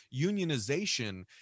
unionization